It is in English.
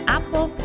Apple